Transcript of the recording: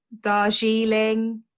Darjeeling